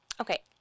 Okay